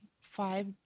five